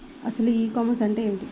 అసలు e commerce అంటే ఏమిటి?